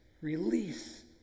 release